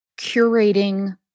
curating